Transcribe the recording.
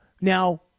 Now